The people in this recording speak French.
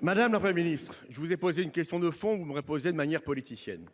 Madame la Première ministre, je vous ai posé une question de fond, et vous me répondez de manière politicienne.